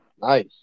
Nice